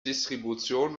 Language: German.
distribution